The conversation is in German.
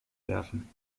werfen